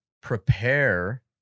prepare